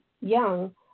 young